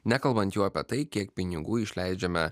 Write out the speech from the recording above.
nekalbant jau apie tai kiek pinigų išleidžiame